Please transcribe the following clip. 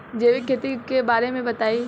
जैविक खेती के बारे में बताइ